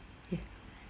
ya